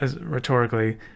rhetorically